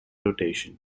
rotation